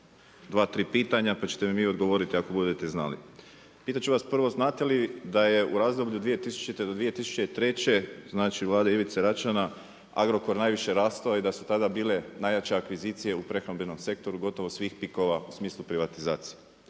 dva, tri pitanja, pa ćete mi vi odgovoriti ako budete znali. Pitat ću vas prvo, znate li da je u razdoblju od 2000. do 2003., znače u Vladi Ivice Račana, Agrokor najviše rastao i da su tada bile najjače akvizicije u prehrambenom sektoru, gotovo svih pikova u smislu privatizacije?